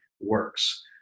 works